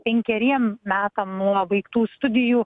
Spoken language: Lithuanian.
penkeriem metam nuo baigtų studijų